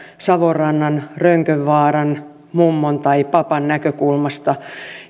savonrannan rönkönvaaran mummon tai papan näkökulmasta